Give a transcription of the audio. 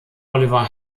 oliver